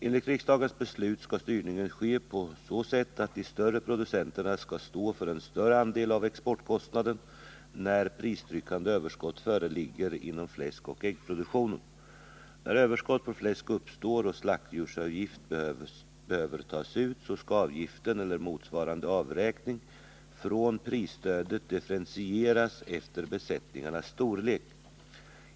Enligt riksdagens beslut skall styrningen ske på så sätt att de större producenterna skall stå för en större andel av exportkostnaden när pristryckande överskott föreligger inom fläskoch äggproduktionen. När överskott på fläsk uppstår och slaktdjursavgift behöver tas ut så skall avgiften eller motsvarande avräkning från prisstödet differentieras efter besättningarnas storlek.